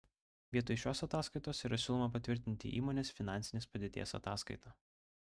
vietoj šios ataskaitos yra siūloma patvirtinti įmonės finansinės padėties ataskaitą